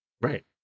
right